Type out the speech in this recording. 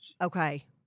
Okay